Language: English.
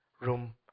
room